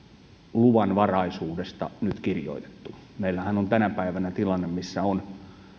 luvanvaraisuudesta nyt kirjoitettu meillähän on tänä päivänä tilanne missä on